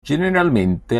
generalmente